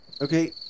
Okay